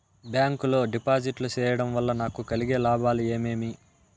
Bank లో డిపాజిట్లు సేయడం వల్ల నాకు కలిగే లాభాలు ఏమేమి?